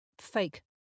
fake